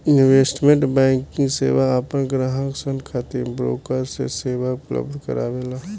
investment banking सेवा आपन ग्राहक सन खातिर ब्रोकर के सेवा उपलब्ध करावेला